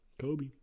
Kobe